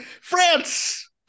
France